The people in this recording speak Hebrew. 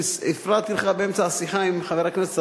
הפרעתי לך באמצע השיחה עם חבר הכנסת צרצור,